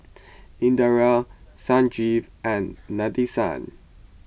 Indira Sanjeev and Nadesan